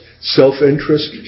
self-interest